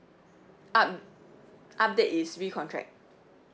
up update is recontract